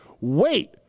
wait